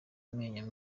amenyo